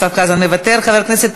מוותרת.